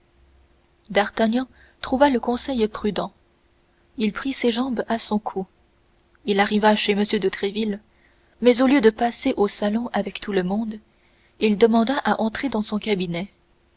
d'artagnan trouva le conseil prudent il prit ses jambes à son cou il arriva chez m de tréville mais au lieu de passer au salon avec tout le monde il demanda à entrer dans son cabinet